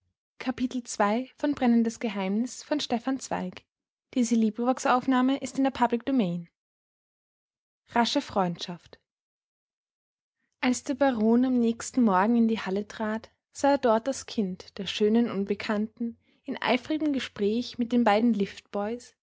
beginnen rasche freundschaft als der baron am nächsten morgen in die hall trat sah er dort das kind der schönen unbekannten in eifrigem gespräch mit den beiden